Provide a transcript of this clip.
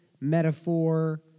metaphor